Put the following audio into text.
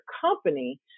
company